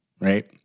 right